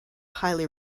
highly